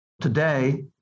Today